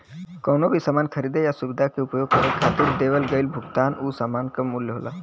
कउनो भी सामान खरीदे या सुविधा क उपभोग करे खातिर देवल गइल भुगतान उ सामान क मूल्य होला